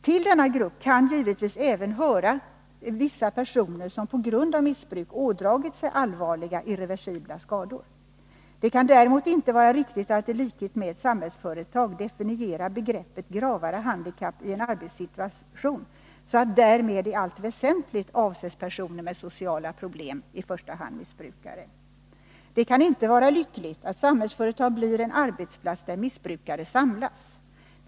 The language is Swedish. Till denna grupp kan givetvis även höra vissa personer som på grund av missbruk ådragit sig Det kan däremot inte vara riktigt att i likhet med Samhällsföretag definiera begreppet ”gravare handikapp” i en arbetssituation så, att därmed i allt väsentligt avses personer med sociala problem, i första hand missbrukare. Det kan inte vara lyckligt att Samhällsföretag blir en arbetsplats där missbrukare samlas.